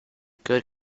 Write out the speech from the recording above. good